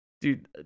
dude